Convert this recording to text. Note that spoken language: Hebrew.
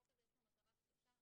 לחוק הזה יש מטרה קדושה,